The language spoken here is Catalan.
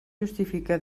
justifique